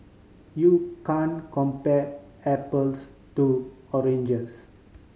you can compare apples to oranges